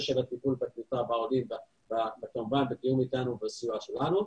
של הטיפול כמובן בתיאום אתנו ובסיוע שלנו,